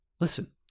Listen